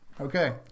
Okay